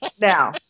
Now